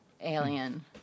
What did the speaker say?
alien